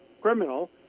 criminal